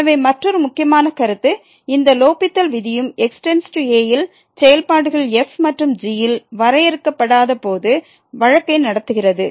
எனவே மற்றொரு முக்கியமான கருத்து இந்த லோப்பித்தல் விதியும் x→a இல் செயல்பாடுகள் f மற்றும் g ல் வரையறுக்கப்படாதபோது வழக்கை நடத்துகிறது